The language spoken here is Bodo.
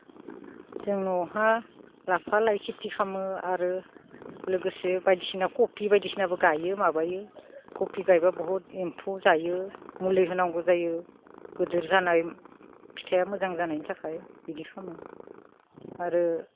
जोंहा लाफा लाइ खिथि खालामो आरो लोगोसे बायदि सिना खफि बायदि सिनाबो गायो माबायो खफि गायब्ला बहुद एम्फौ जायो मुलि होनांगौ जायो गोदोर जानाय फिथाइया मोजां जानायनि थाखाय इदि खालामो आरो